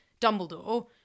Dumbledore